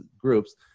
groups